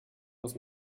muss